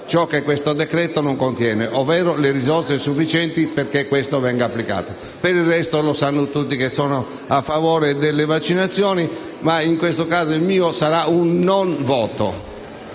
ciò che questo decreto non contiene, ovvero le risorse sufficienti perché venga applicato. Per il resto, lo sanno tutti che sono a favore delle vaccinazioni, dunque il mio sarà un non voto.